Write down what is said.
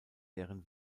deren